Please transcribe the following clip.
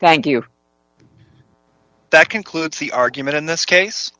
thank you that concludes the argument in this case